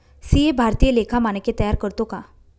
CA भारतीय लेखा मानके तयार करतो का